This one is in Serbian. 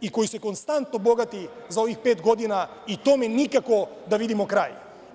i koji se konstantno bogati za ovih pet godina i tome nikako da vidimo kraj.